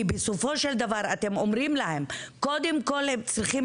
כי בסופו של דבר אתם אומרים להם קודם כל הם צריכים